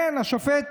כן, השופט